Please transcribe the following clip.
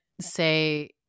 say